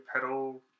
pedal